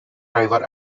driver